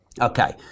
Okay